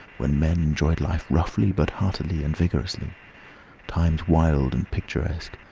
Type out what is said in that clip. when men enjoyed life roughly, but heartily and vigorously times wild and picturesque,